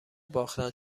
باختن